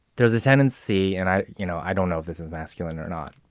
there's a tendency and i you know i don't know if this is masculine or not,